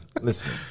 listen